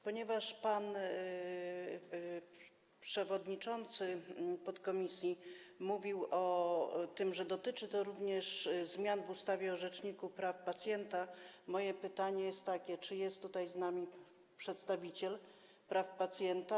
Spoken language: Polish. Ponieważ pan przewodniczący podkomisji mówił o tym, że dotyczy to również zmian w ustawie o Rzeczniku Praw Pacjenta, moje pytanie jest takie: Czy jest tutaj z nami przedstawiciel rzecznika praw pacjenta?